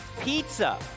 Pizza